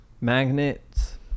Magnets